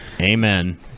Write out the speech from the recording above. Amen